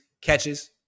catches